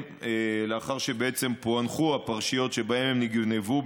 לאחר שפוענחו הפרשיות שבהן הם נגנבו,